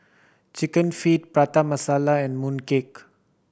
Chicken Feet Prata Masala and mooncake